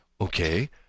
Okay